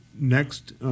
next –